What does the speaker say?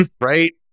right